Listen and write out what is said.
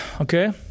Okay